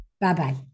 Bye-bye